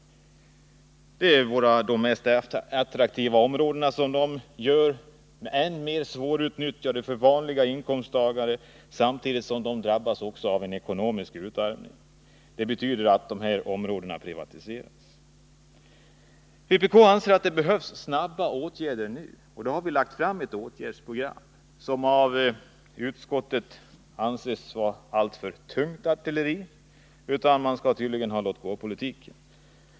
Det är de mest attraktiva områdena som de gör det ännu svårare för vanliga inkomsttagare att utnyttja — samtidigt som dessa senare drabbas av ekonomisk utarmning. Det betyder att områdena privatiseras. Vpk anser att det nu behöver vidtas åtgärder snabbt, och vi har lagt fram ett åtgärdsprogram, som i utskottet anses vara alltför tungt artilleri. Man skall tydligen föra en låtgåpolitik.